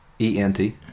E-N-T